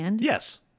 yes